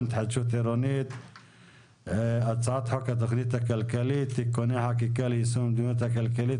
כל כך עניין חלקים רבים באוכלוסייה.